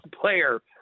player